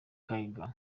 kaiga